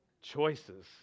choices